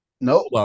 no